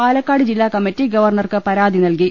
പാലക്കാട് ജില്ലാ കമ്മറ്റി ഗവർണ്ണർക്ക് പരാതി നൽകി